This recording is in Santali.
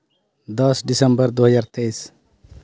ᱫᱚᱥ ᱰᱤᱥᱮᱢᱵᱚᱨ ᱫᱩ ᱦᱟᱡᱟᱨ ᱛᱮᱭᱤᱥ